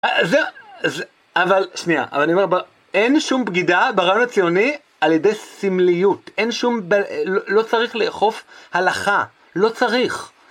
אבל שנייה, אין שום בגידה ברעיון הציוני על ידי סמליות, אין שום... לא צריך לאכוף הלכה, לא צריך.